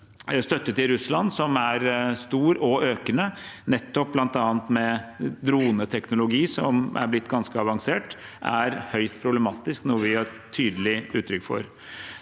støtte til Russland, som er stor og økende, med bl.a. droneteknologi som er blitt ganske avansert, er høyst problematisk, noe vi har gitt tydelig uttrykk for.